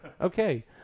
okay